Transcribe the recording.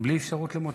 בלי אפשרות למוצא.